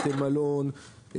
בתי מלון,